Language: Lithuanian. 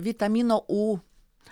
vitamino u